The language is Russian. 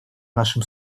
нашем